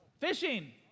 Fishing